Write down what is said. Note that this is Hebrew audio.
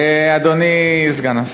אדוני סגן השר,